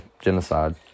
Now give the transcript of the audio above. genocide